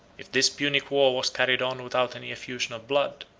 if this punic war was carried on without any effusion of blood,